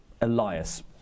Elias